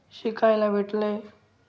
शिकायला भेटलं आहे